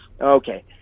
okay